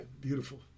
Beautiful